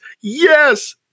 yes